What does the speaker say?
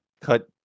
cut